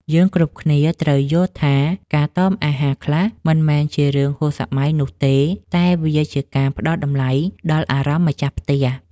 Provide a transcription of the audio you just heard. យើងគ្រប់គ្នាត្រូវយល់ថា ការតមអាហារខ្លះមិនមែនជារឿងហួសសម័យនោះទេតែវាជាការផ្តល់តម្លៃដល់អារម្មណ៍ម្ចាស់ផ្ទះ។